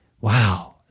wow